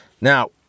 Now